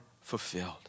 fulfilled